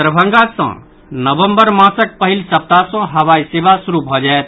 दरभंगा सँ नवबंर मासक पहिल सप्ताह सँ हवाई सेवा शुरू भऽ जायत